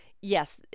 yes